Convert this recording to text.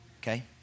Okay